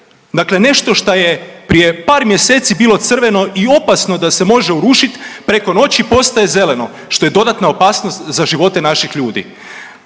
Dakle, nešto šta je prije par mjeseci bilo crveno i opasno da se može urušiti preko noći postaje zeleno što je dodatna opasnost za živote naših ljudi.